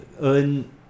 earn